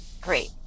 Great